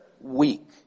week